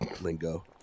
lingo